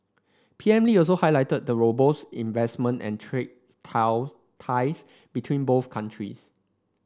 P M Lee also highlighted the robust investment and trade ties between both countries